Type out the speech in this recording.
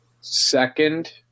second